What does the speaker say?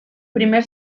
primer